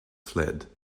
fled